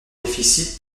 déficit